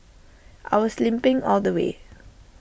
I was limping all the way